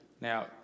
Now